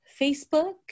Facebook